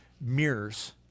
mirrors